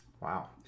Wow